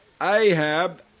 Ahab